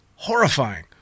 Horrifying